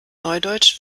neudeutsch